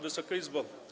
Wysoka Izbo!